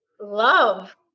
love